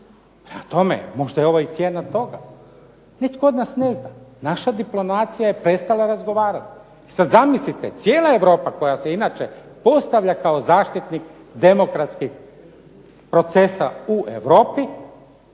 Prema tome možda je ovo i cijena toga. Nitko od nas ne zna. Naša diplomacija je prestala razgovarati. Sad zamislite cijela Europa koja se inače postavlja kao zaštitnik demokratskih procesa u Europi,